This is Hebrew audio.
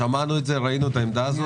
שמענו את זה, ראינו את העמדה הזאת.